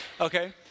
okay